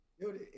Dude